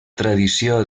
tradició